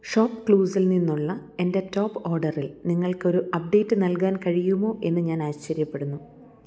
ഷോപ്പ്ക്ലൂസിൽ നിന്നുള്ള എൻ്റെ ടോപ്പ് ഓർഡറിൽ നിങ്ങൾക്കൊരു അപ്ഡേറ്റ് നൽകാൻ കഴിയുമോ എന്ന് ഞാൻ ആശ്ചര്യപ്പെടുന്നു